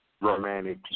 romantic